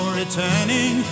returning